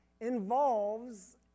involves